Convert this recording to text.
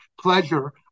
pleasure